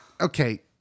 Okay